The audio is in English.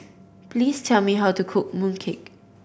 please tell me how to cook mooncake